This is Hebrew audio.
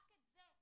רק את זה,